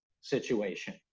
situation